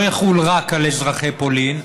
לא יחול רק על אזרחי פולין,